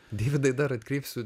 deividai dar atkreipsiu